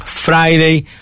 Friday